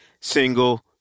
single